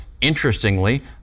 Interestingly